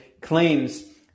claims